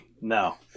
No